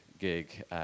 gig